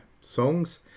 songs